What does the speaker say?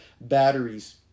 batteries